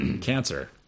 Cancer